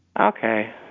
Okay